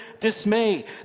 dismay